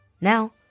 Now